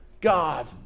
God